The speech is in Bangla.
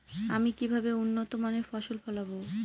আমি কিভাবে উন্নত মানের ফসল ফলাব?